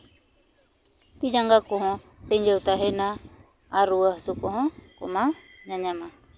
ᱛᱤ ᱡᱟᱸᱜᱟ ᱠᱚᱦᱚᱸ ᱛᱤᱸᱡᱟᱹᱣ ᱛᱟᱦᱮᱱᱟ ᱟᱨ ᱨᱩᱣᱟᱹ ᱦᱟᱹᱥᱩ ᱠᱚᱦᱚᱸ ᱠᱚᱢᱟᱣ ᱧᱟᱧᱟᱢᱟ